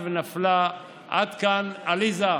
עליזה,